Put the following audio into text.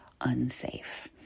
unsafe